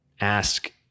ask